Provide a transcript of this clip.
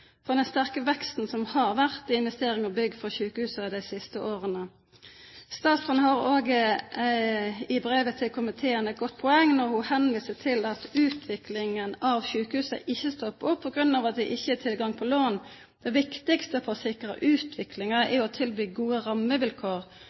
for den sterke veksten som har vært i investeringer og bygg for sykehusene de siste årene. Statsråden har også i brevet til komiteen et godt poeng når hun henviser til at utviklingen av sykehusene ikke stopper opp på grunn av at det ikke er tilgang på lån. Det viktigste for å sikre utviklingen er